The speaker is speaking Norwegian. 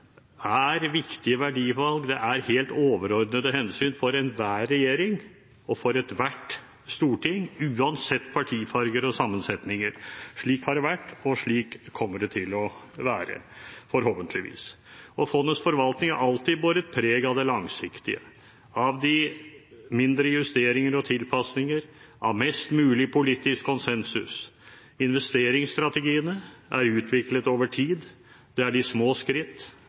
er viktige verdivalg – det er helt overordnede hensyn for enhver regjering, og for ethvert storting, uansett partifarger og sammensetninger. Slik har det vært, og slik kommer det til å være – forhåpentligvis. Fondets forvaltning har alltid båret preg av det langsiktige, av mindre justeringer og tilpasninger og av mest mulig politisk konsensus. Investeringsstrategiene er utviklet over tid. Det er de små skritt,